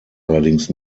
allerdings